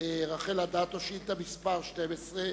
רחל אדטו, שאילתא מס' 12,